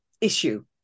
issue